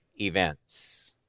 events